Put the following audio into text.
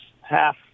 half